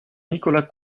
nicolas